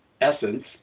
essence